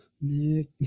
Nick